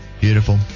beautiful